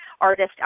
Artist